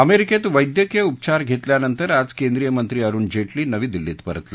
अमेरिकेत वैद्यकीय उपचार घेतल्यानंतर आज केंद्रीय मंत्री अरुण जेटली नवी दिल्लीत परतले